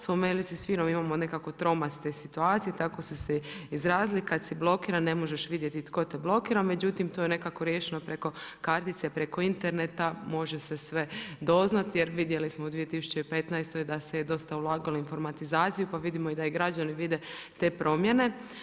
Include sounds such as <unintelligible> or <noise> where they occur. Spomenuli su … <unintelligible> imamo nekakve tromaste situacije, tako su se izrazili, kad si blokiran, ne možeš vidjeti tko te blokira, međutim, to je nekako riješeno preko kartice, preko interneta, može se sve doznati, jer vidjeli smo u 2015. da se dosta ulagalo u informatizaciju, pa vidimo da i građani vide te promjene.